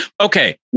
Okay